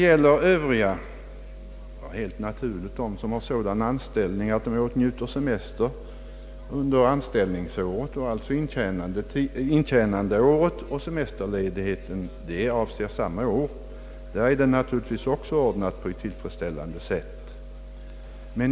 Helt naturligt har sådana som åtnjuter semester under intjänandeåret också det ordnat på ett tillfredsställande sätt.